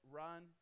run